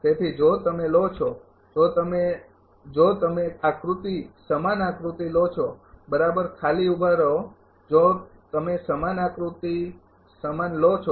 તેથી જો તમે લો છો જો તમે જો તમે આકૃતિ સમાન આકૃતિ લો છો બરાબર ખાલી ઊભા રહો જો તમે સમાન આકૃતિ સમાન લો છો